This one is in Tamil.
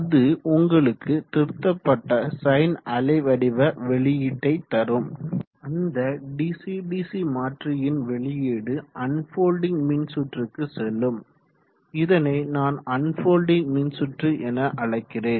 அது உங்களுக்கு திருத்தப்பட்ட சைன் அலைவடிவ வெளியீட்டை தரும் அந்த டிசி டிசி மாற்றி யின் வெளியீடு அன்ஃபொல்டிங் மின் சுற்றுக்கு செல்லும் இதனை நான் அன்ஃபொல்டிங் மின் சுற்று என்அழைக்கிறேன்